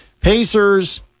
Pacers